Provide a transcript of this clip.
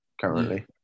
currently